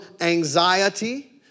anxiety